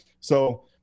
So-